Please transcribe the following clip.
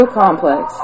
complex